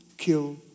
kill